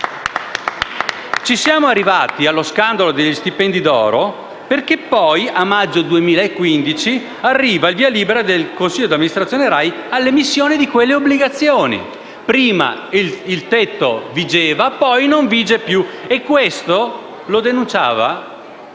Siamo arrivati allo scandalo degli stipendi d'oro perché poi, a maggio 2015, è arrivato il via libera del consiglio di amministrazione RAI all'emissione di quelle obbligazioni. Prima il tetto vigeva, poi non più. Questo lo denunciava